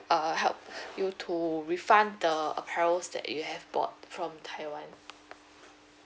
uh help you to refund the apparels that you have bought from taiwan